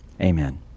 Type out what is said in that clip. Amen